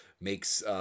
makes